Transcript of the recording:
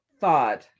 thought